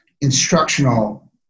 instructional